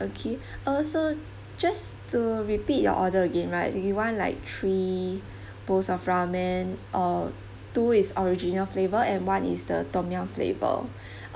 okay uh so just to repeat your order again right you want like three bowls of ramen uh two is original flavour and one is the tom yum flavour